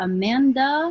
Amanda